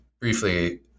briefly